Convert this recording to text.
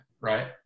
right